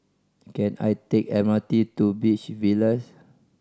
can I take M R T to Beach Villas